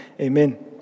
amen